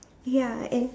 ya and